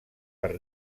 per